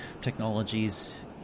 technologies